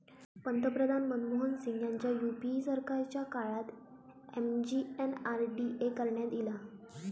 पंतप्रधान मनमोहन सिंग ह्यांच्या यूपीए सरकारच्या काळात एम.जी.एन.आर.डी.ए करण्यात ईला